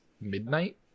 midnight